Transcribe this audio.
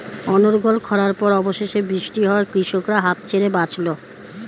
অনর্গল খড়ার পর অবশেষে বৃষ্টি হওয়ায় কৃষকরা হাঁফ ছেড়ে বাঁচল